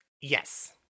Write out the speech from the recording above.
Yes